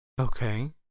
Okay